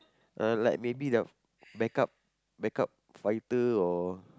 uh like maybe the backup backup fighter or